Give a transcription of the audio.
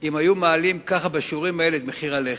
אם היו מעלים ככה בשיעורים האלה את מחיר הלחם.